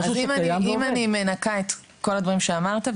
אז אם אני מנקה את כל הדברים שאמרת,